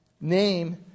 name